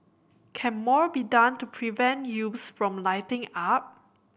can more be done to prevent youths from lighting up